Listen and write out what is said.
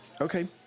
Okay